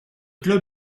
club